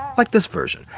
like this version,